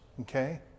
okay